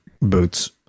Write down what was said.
boots